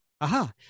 aha